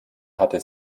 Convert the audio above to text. hatte